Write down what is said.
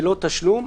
בלא תשלום,